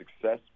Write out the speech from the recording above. success